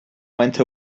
went